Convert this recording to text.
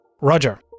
Roger